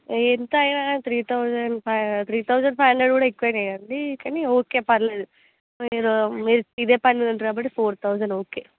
ఎంతైనా three thousand five three thousand five hundred కూడా ఎక్కువ కానండి అంటే ఓకే పర్వాలేదు మీరు మీరు ఇదే పని మీద ఉంటారు కాబట్టి ఫోర్ థౌసండ్ ఓకే